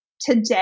today